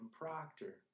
Proctor